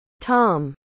Tom